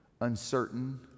uncertain